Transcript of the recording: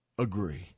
agree